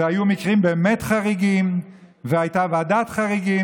והיו מקרים באמת חריגים והייתה ועדת חריגים